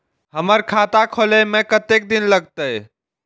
हमर खाता खोले में कतेक दिन लगते?